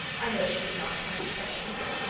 i know she did not come to fetch me,